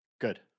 Good